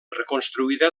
reconstruïda